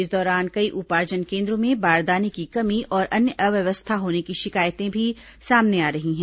इस दौरान कई उपार्जन केन्द्रों में बारदाने की कमी और अन्य अव्यवस्था होने की शिकायतें भी सामने आ रही हैं